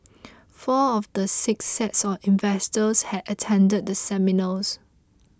four of the six sets of investors had attended the seminars